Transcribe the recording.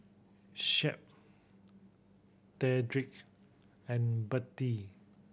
Shep Dedrick and Bettie